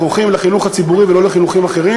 הולכים לחינוך הציבורי ולא לחינוכים אחרים,